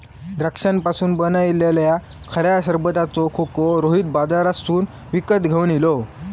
द्राक्षांपासून बनयलल्या खऱ्या सरबताचो खोको रोहित बाजारातसून विकत घेवन इलो